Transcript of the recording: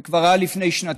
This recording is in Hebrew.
זה כבר היה לפני שנתיים.